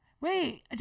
Wait